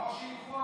או שילכו הביתה.